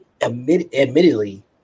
admittedly